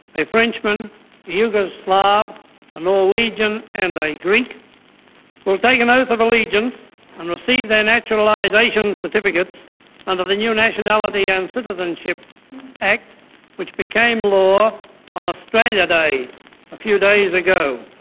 a frenchman, a yugoslav, a norwegian and a greek will take an oath of allegiance and receive their naturalisation certificates under the new nationality and citizenship act which became law on australia day a a few days ago.